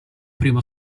primo